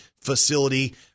facility